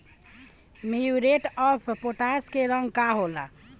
Muriate of potash के रंग का होला?